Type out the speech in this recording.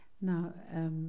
Now